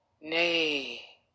nay